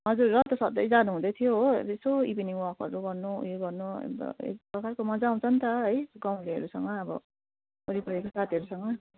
हजुर र त सँधै जानुहुँदै थियो हो यसो इभिनिङ वाकहरू गर्नु ऊ यो गर्नु अनि त एकप्रकारको मजा आउँछ नि त है गाउँलेहरूसँग अब वरिपरिको साथीहरूसँग